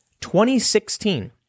2016